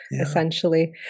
essentially